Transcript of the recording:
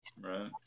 right